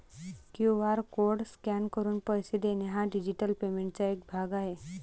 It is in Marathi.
क्यू.आर कोड स्कॅन करून पैसे देणे हा डिजिटल पेमेंटचा एक भाग आहे